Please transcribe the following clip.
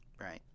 Right